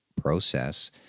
process